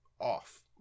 off